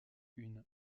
une